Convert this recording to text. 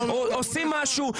עושים משהו,